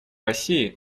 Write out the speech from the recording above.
россии